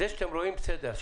זה שאתם רואים, בסדר.